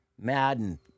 Madden